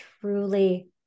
truly